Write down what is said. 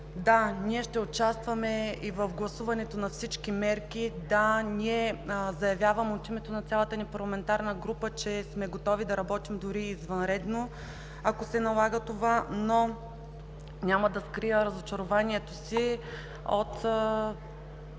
Да, ние ще участваме в гласуването на всички мерки; да, ние – заявявам от името на цялата ни парламентарна група, сме готови да работим дори и извънредно, ако се налага това, но няма да скрия разочарованието си от